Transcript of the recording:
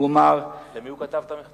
הוא אמר, למי הוא כתב את המכתב?